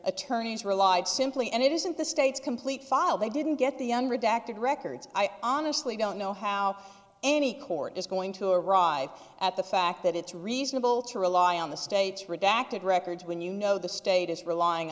attorneys relied simply and it isn't the state's complete file they didn't get the young redacted records i honestly don't know how any court is going to arrive at the fact that it's reasonable to rely on the state's redacted records when you know the state is relying